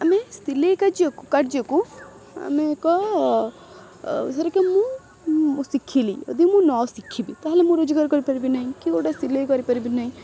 ଆମେ ସିଲେଇ କାର୍ଯ୍ୟକୁ କାର୍ଯ୍ୟକୁ ଆମେ ଏକ ମୁଁ ଶିଖିଲି ଯଦି ମୁଁ ନ ଶିଖିବି ତାହେଲେ ମୁଁ ରୋଜଗାର କରିପାରିବି ନାହିଁ କି ଗୋଟେ ସିଲେଇ କରିପାରିବି ନାହିଁ